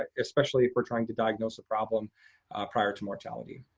ah especially for trying to diagnose a problem prior to mortality.